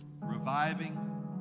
Reviving